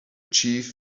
chief